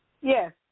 Yes